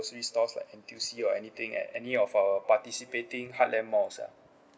groceries stores like N_T_U_C or anything at any of our participating heartland malls ah